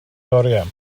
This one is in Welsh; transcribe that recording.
oriau